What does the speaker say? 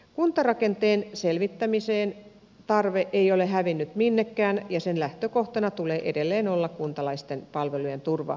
kuntarakenteen selvittämisen tarve ei ole hävinnyt minnekään ja sen lähtökohtana tulee edelleen olla kuntalaisten palvelujen turvaaminen